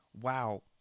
wow